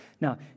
Now